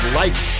life